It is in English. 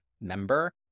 member